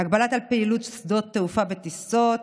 (הגבלות על הפעלת שדות תעופה וטיסות),